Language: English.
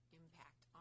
impact